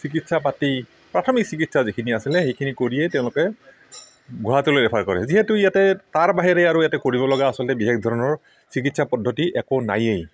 চিকিৎসাপাতি প্ৰাথমিক চিকিৎসা যিখিনি আছিলে সেইখিনি কৰিয়ে তেওঁলোকে গুৱাহাটীলৈ ৰেফাৰ কৰে যিহেতু ইয়াতে তাৰ বাহিৰে আৰু ইয়াতে কৰিবলগা আচলতে বিশেষ ধৰণৰ চিকিৎসা পদ্ধতি একো নাইয়েই